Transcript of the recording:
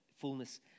fullness